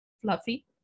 fluffy